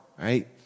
right